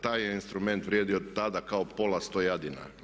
Taj je instrument vrijedio tada kao pola Stojadina.